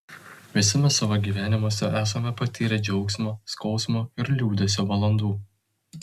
visi mes savo gyvenimuose esame patyrę džiaugsmo skausmo ir liūdesio valandų